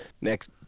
Next